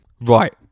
Right